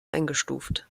eingestuft